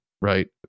right